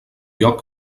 lloc